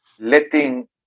letting